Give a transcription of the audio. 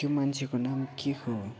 त्यो मान्छेको नाम के हो